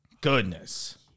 Goodness